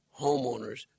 homeowners